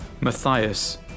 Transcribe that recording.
Matthias